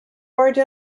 barge